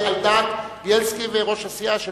זה על דעת בילסקי וראש הסיעה שלכם.